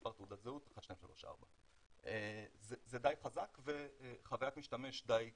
מס' תעודת זהות 1234. זה די חזק ועם חווית משתמש די טובה.